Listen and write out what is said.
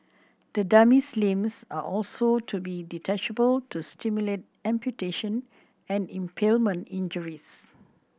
the dummy's limbs are also to be detachable to simulate amputation and impalement injuries